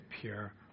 pure